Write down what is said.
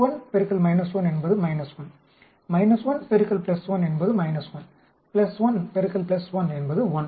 1 1 என்பது 1 1 1 என்பது 1 1 1 என்பது 1 1 1 என்பது 1